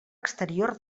exterior